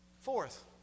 Fourth